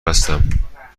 هستم